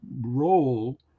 role